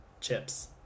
chips